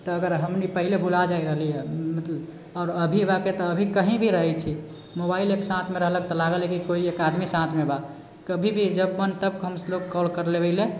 तऽ अगर हमनी पहले भुला देल रहली हंँ मतलब आओर अभी रहकऽ तऽ अभी कही भी रहैत छी मोबाइल एक साथमे रहलक तऽ लागल है केओ एक आदमी साथमे बा कभी भी जब मन तब हम लोग काल कर लेबए लए